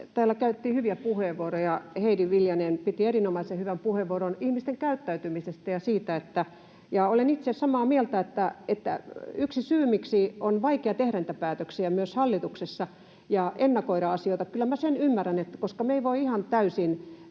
Täällä käytettiin hyviä puheenvuoroja. Heidi Viljanen piti erinomaisen puheenvuoron ihmisten käyttäytymisestä, ja olen itse samaa mieltä, että yksi syy, miksi on vaikea tehdä niitä päätöksiä myös hallituksessa ja ennakoida asioita, kyllä minä sen ymmärrän, on se, että me ei voida ihan täysin